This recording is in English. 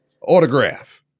autograph